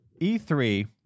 e3